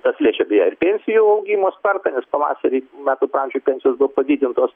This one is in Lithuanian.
kas liečia priartėjus jau augimo spartą nes pavasarį metų pradžioj pensijos buvo padidintos